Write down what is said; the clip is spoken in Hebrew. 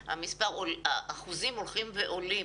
האחוזים הולכים עולים.